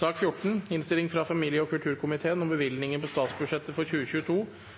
Etter ønske fra familie- og kulturkomiteen